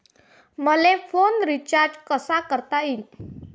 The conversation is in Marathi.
मले फोन रिचार्ज कसा करता येईन?